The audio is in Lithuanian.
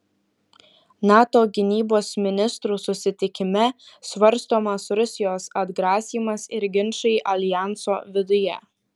nato gynybos ministrų susitikime svarstomas rusijos atgrasymas ir ginčai aljanso viduje